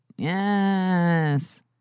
Yes